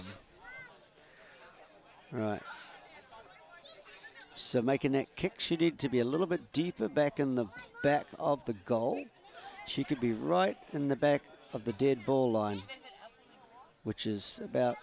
yes right so making a kick she did to be a little bit deeper back in the back of the goal she could be right in the back of the did bowl line which is about